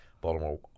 Baltimore